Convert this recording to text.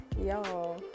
y'all